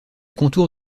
contour